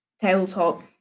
tabletop